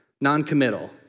noncommittal